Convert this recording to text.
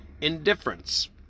indifference